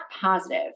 positive